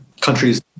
countries